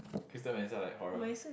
Crystal Melisa like horror